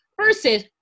versus